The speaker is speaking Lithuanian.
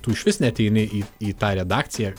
tu išvis neateini į į tą redakciją